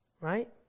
right